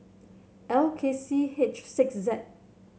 L K C H six Z